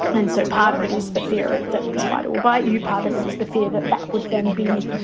and so part of it is the fear that the spider will bite you part of it is the fear that that would then be